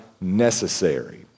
necessary